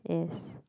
yes